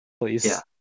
Please